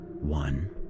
One